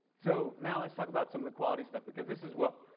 so now let's talk about some of the quality stuff. because this is what